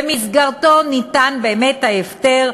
שבמסגרתו ניתן באמת ההפטר,